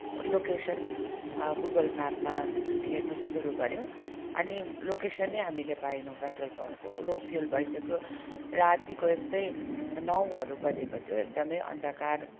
location Google म्यापमा हेर्न सुरु गऱ्यौँ अनि लोकेसनै हामी पाएनौँ पेट्रोल पम्पको लो फ्युल भइसक्यो रातिको यस्तै नौहरू बजेको थियो एकदम अन्धकार